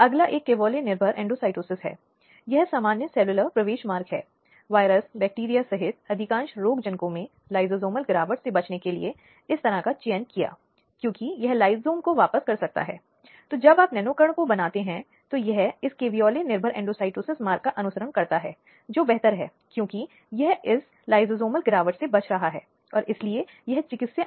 ऐसे मामले में जहां वह एक आरोपी आदि के रूप में दूसरी तरफ है और वह एक वकील नहीं रख सकती है वह कानूनी सेवाओं से संपर्क कर सकती है लेकिन कानूनी प्रतिनिधित्व होना मूल अधिकारों में से एक है